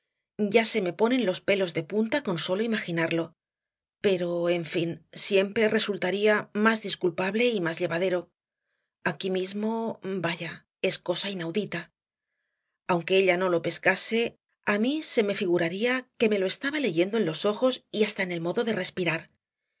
ya se me ponen los pelos de punta con solo imaginarlo pero en fin siempre resultaría más disculpable y más llevadero aquí mismo vaya es cosa inaudita aunque ella no lo pescase á mí se me figuraría que me lo estaba leyendo en los ojos y hasta en el modo de respirar